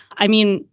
i mean,